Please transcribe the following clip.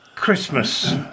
Christmas